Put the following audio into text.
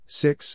six